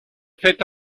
fait